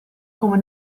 come